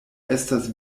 estas